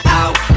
out